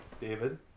David